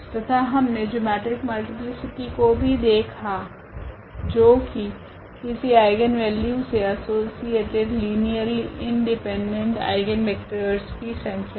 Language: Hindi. तथा हमने जिओमेट्रिक मल्टीप्लीसिटी को भी देखा जो की किसी आइगनवेल्यू से असोसिएटेड लीनियरली इंडिपेंडेंट आइगनवेक्टरस की संख्या है